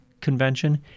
convention